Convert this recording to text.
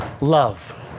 love